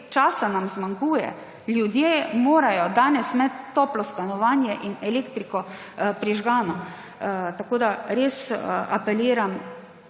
časa nam zmanjkuje. Ljudje morajo danes imeti toplo stanovanje in elektriko prižgano. Res apeliram,